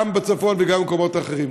גם בצפון וגם במקומות אחרים.